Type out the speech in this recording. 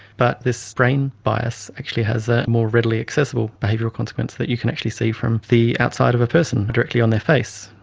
but this brain bias actually has a more readily accessible behavioural consequence that you can actually see from the outside of a person, directly on their face,